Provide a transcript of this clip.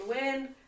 win